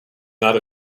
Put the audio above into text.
not